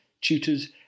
tutors